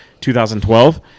2012